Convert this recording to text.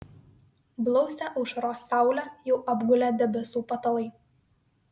blausią aušros saulę jau apgulė debesų patalai